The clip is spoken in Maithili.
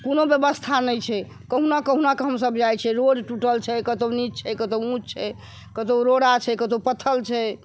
कोनो व्यवस्था नहि छै कहुना कहुना कऽ हमसब जाइ छियै रोड टूटल छै कतौ नीच छै कतौ ऊँच छै कतौ रोड़ा छै कतौ पत्थर छै